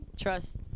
Trust